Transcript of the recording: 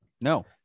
No